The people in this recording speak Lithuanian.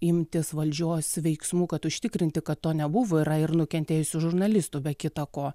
imtis valdžios veiksmų kad užtikrinti kad to nebuvo yra ir nukentėjusių žurnalistų be kita ko